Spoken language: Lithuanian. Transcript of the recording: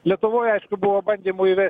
lietuvoj aišku buvo bandymų įvest